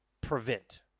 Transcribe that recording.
prevent